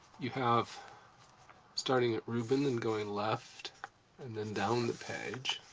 you have starting at reuben and going left and then down the page